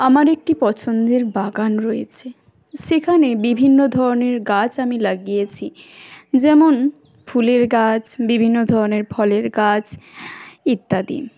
আমার একটি পছন্দের বাগান রয়েছে সেখানে বিভিন্ন ধরনের গাছ আমি লাগিয়েছি যেমন ফুলের গাছ বিভিন্ন ধরনের ফলের গাছ ইত্যাদি